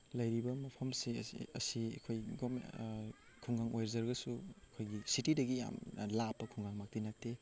ꯂꯩꯔꯤꯕ ꯃꯐꯝꯁꯦ ꯑꯁꯦ ꯑꯩꯈꯣꯏ ꯈꯨꯡꯒꯪ ꯑꯣꯏꯖꯔꯒꯁꯨ ꯑꯩꯈꯣꯏꯒꯤ ꯁꯤꯇꯤꯗꯒꯤ ꯌꯥꯝꯅ ꯂꯥꯞꯄ ꯈꯨꯡꯒꯪꯃꯛꯇꯤ ꯅꯠꯇꯦ